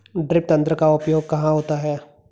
Drip तंत्र का उपयोग कहाँ होता है?